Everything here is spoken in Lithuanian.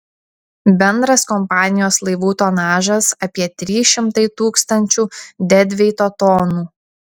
bendras kompanijos laivų tonažas apie trys šimtai tūkstančių dedveito tonų